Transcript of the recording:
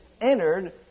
entered